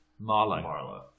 Marla